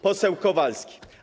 Poseł Kowalski.